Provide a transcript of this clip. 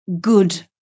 good